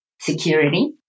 security